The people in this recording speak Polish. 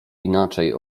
inaczej